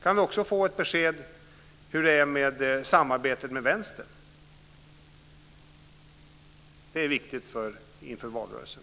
Kan vi också få ett besked om samarbetet med Vänstern? Det är viktigt inför valrörelsen.